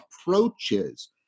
approaches